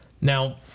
Now